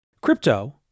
Crypto